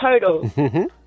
total